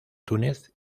túnez